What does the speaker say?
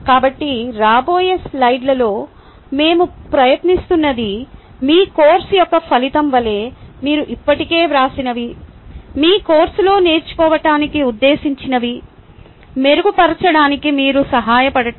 కాబట్టి రాబోయే స్లైడ్లలో మేము ప్రయత్నిస్తున్నది మీ కోర్సు యొక్క ఫలితం వలె మీరు ఇప్పటికే వ్రాసినవి మీ కోర్సులో నేర్చుకోవటానికి ఉద్దేశించినవి మెరుగుపరచడానికి మీకు సహాయపడటం